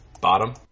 bottom